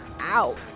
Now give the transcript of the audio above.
out